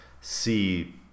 see